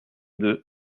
deux